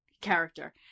character